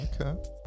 Okay